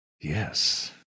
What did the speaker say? Yes